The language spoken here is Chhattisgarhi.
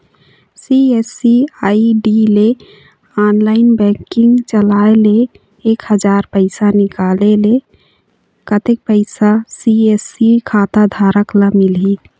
सी.एस.सी आई.डी ले ऑनलाइन बैंकिंग चलाए ले एक हजार पैसा निकाले ले कतक पैसा सी.एस.सी खाता धारक ला मिलही?